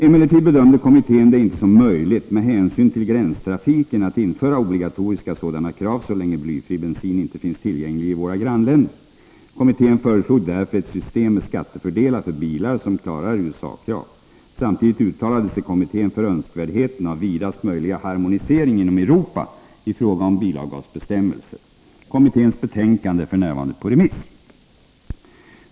Emellertid bedömde kommittén det inte som möjligt, med hänsyn till gränstrafiken, att införa obligatoriska sådana krav så länge blyfri bensin inte finns tillgänglig i våra grannländer. Kommittén föreslog därför ett tem med skattefördelar för bilar som klarar USA-krav. Samtidigt uttalade sig kommittén för önskvärdheten av vidaste möjliga harmonisering inom mmelser. Kommitténs betänkande är f. n.